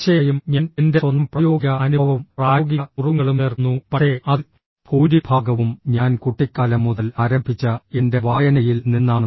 തീർച്ചയായും ഞാൻ എന്റെ സ്വന്തം പ്രായോഗിക അനുഭവവും പ്രായോഗിക നുറുങ്ങുകളും ചേർക്കുന്നു പക്ഷേ അതിൽ ഭൂരിഭാഗവും ഞാൻ കുട്ടിക്കാലം മുതൽ ആരംഭിച്ച എന്റെ വായനയിൽ നിന്നാണ്